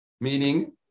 meaning